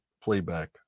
playback